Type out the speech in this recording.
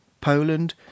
Poland